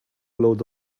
load